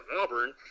Auburn